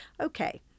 okay